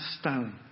stone